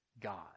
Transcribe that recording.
God